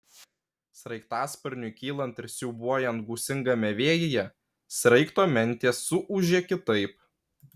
sraigtasparniui kylant ir siūbuojant gūsingame vėjyje sraigto mentės suūžė kitaip